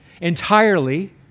entirely